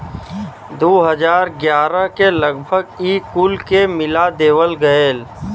दू हज़ार ग्यारह के लगभग ई कुल के मिला देवल गएल